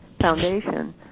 foundation